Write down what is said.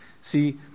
see